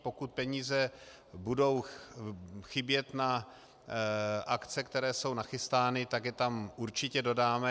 Pokud peníze budou chybět na akce, které jsou nachystány, tak je tam určitě dodáme.